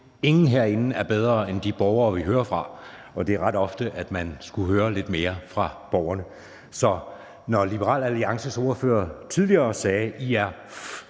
ingen herinde er bedre end de borgere, vi hører fra, og det er ret ofte sådan, at man skulle høre lidt mere fra borgerne. Så hvis jeg tidligere mente at